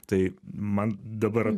tai man dabar